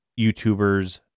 YouTubers